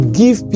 give